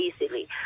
easily